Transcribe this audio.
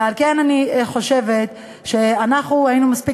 ועל כן אני חושבת שאנחנו היינו מספיק